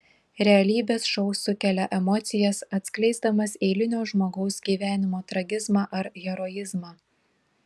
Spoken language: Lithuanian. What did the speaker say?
realybės šou sukelia emocijas atskleisdamas eilinio žmogaus gyvenimo tragizmą ar heroizmą